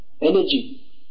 energy